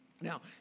Now